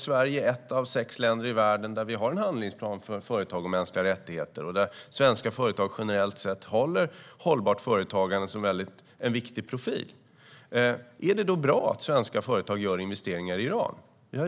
Sverige är ett av sex länder i världen som har en handlingsplan för företag och mänskliga rättigheter, och svenska företag har hållbart företagande som en viktig profil. Är det bra att svenska företag gör investeringar i Iran?